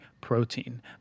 protein